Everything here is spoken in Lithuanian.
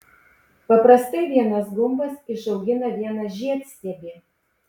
paprastai vienas gumbas išaugina vieną žiedstiebį